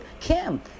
kim